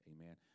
amen